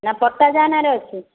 ନା ପଟା ଯାହା ନାଁ'ରେ ଅଛି